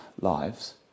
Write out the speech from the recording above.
lives